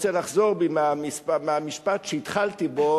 רוצה לחזור בי מהמשפט שהתחלתי בו,